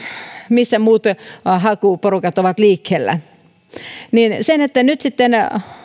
missä muut hakuporukat ovat liikkeellä nyt sitten